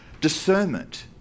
discernment